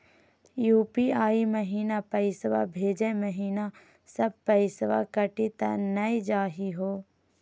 UPI महिना पैसवा भेजै महिना सब पैसवा कटी त नै जाही हो?